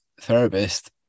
therapist